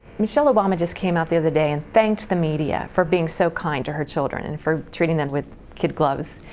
michelle obama just came out the other day and thanked the media for being so kind to her children and for treating them with kid gloves.